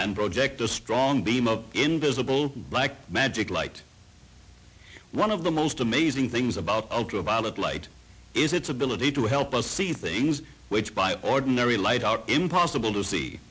and project a strong beam of invisible black magic light one of the most amazing things about ultraviolet light is its ability to help us see things which by ordinary light out impossible to see